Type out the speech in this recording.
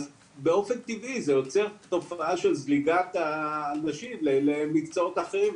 אז באופן טבעי זה יוצר תופעה של זליגת האנשים למקצועות אחרים,